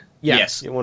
Yes